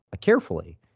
carefully